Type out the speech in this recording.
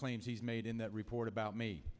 claims he's made in that report about me